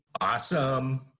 Awesome